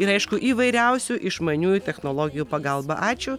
ir aišku įvairiausių išmaniųjų technologijų pagalba ačiū